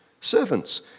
Servants